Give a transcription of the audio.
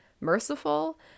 merciful